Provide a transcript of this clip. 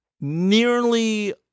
nearly